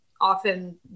often